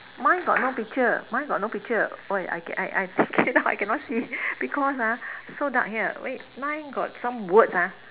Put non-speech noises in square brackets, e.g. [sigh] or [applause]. mine got no picture mine got no picture wait I I I I cannot see [breath] because ah so dark here wait mine got some words ah